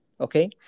Okay